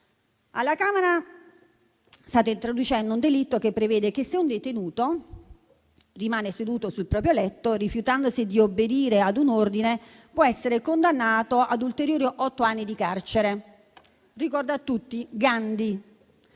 Alla Camera state introducendo un delitto che prevede che, se un detenuto rimane seduto sul proprio letto, rifiutandosi di obbedire ad un ordine, può essere condannato ad ulteriori otto anni di carcere. Ricordo a tutti che Gandhi,